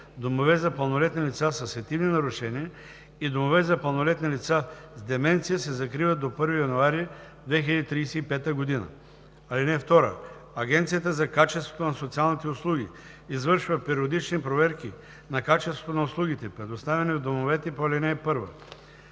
домове за пълнолетни лица със сетивни нарушения и домове за пълнолетни лица с деменция се закриват до 1 януари 2035 г. (2) Агенцията за качеството на социалните услуги извършва периодични проверки на качеството на услугите, предоставяни в домовете по ал. 1.